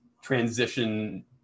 transition